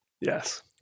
Yes